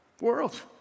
world